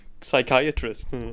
psychiatrist